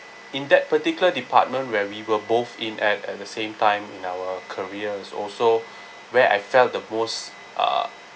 in that particular department where we were both in at at the same time in our careers also where I felt the most uh